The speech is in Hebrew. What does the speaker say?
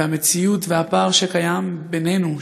והמציאות והפער שקיים בינינו,